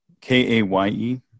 K-A-Y-E